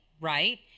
Right